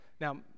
Now